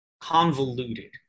convoluted